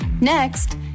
Next